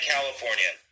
California